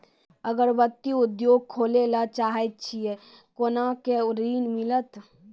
अगरबत्ती उद्योग खोले ला चाहे छी कोना के ऋण मिलत?